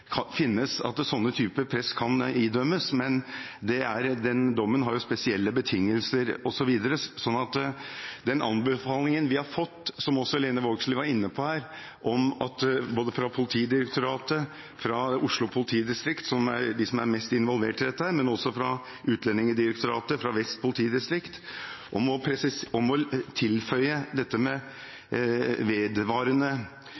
at straff for slike typer press kan idømmes, men den dommen har spesielle betingelser osv. Den anbefalingen vi har fått, som også Lene Vågslid var inne på her, både fra Politidirektoratet og fra Oslo politidistrikt, som er de som er mest involvert i dette, og fra Utlendingsdirektoratet og Vest politidistrikt er å tilføye dette med vedvarende psykisk eller sosialt press til det som står om